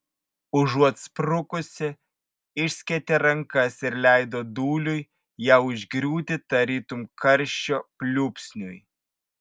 užuot sprukusį išskėtė rankas ir leido dūliui ją užgriūti tarytum karščio pliūpsniui